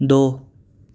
دو